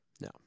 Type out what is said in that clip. No